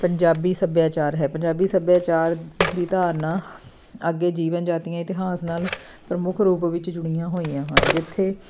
ਪੰਜਾਬੀ ਸੱਭਿਆਚਾਰ ਹੈ ਪੰਜਾਬੀ ਸੱਭਿਆਚਾਰ ਦੀ ਧਾਰਨਾ ਅੱਗੇ ਜੀਵਨ ਜਾਤੀਆਂ ਇਤਿਹਾਸ ਨਾਲ ਪ੍ਰਮੁੱਖ ਰੂਪ ਵਿੱਚ ਜੁੜੀਆਂ ਹੋਈਆਂ ਹਨ ਜਿੱਥੇ